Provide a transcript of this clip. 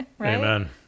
Amen